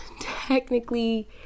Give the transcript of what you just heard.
technically